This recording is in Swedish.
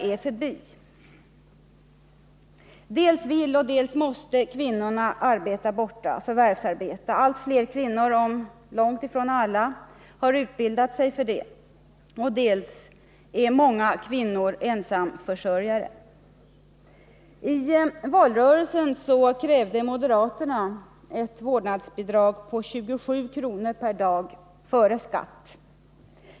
Kvinnorna både vill och måste arbeta borta, förvärvsarbeta — allt fler kvinnor, om också långt ifrån alla, har utbildat sig för det. Dessutom är många kvinnor ensamförsörjare. I valrörelsen krävde moderaterna ett vårdnadsbidrag på 27 kr. per dag före skatt.